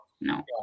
No